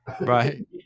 right